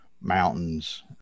mountains